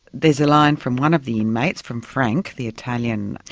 there is a line from one of the inmates, from frank the italian,